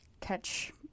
catch